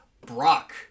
Brock